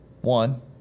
One